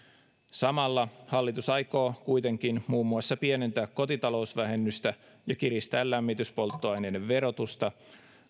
samalla hallitus aikoo kuitenkin muun muassa pienentää kotitalousvähennystä ja kiristää lämmityspolttoaineiden verotusta